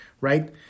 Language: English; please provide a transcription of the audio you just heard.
right